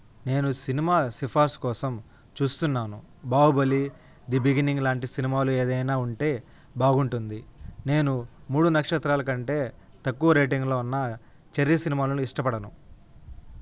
నేను సినిమా సిఫార్సు కోసం చూస్తున్నాను బాహుబలి ది బిగినింగ్లాంటి సినిమాలు ఏదైనా ఉంటే బాగుంటుంది నేను మూడు నక్షత్రాలకంటే తక్కువ రేటింగ్లు ఉన్న చర్య సినిమాలను ఇష్టపడను